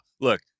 look